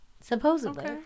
Supposedly